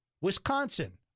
Wisconsin